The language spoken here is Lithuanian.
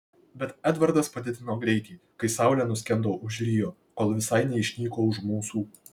bet edvardas padidino greitį kai saulė nuskendo už rio kol visai neišnyko už mūsų